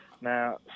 Now